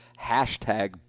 hashtag